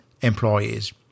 employees